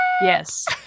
Yes